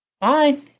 Bye